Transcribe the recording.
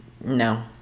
No